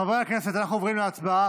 חברי הכנסת, אנחנו עוברים להצבעה.